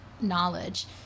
knowledge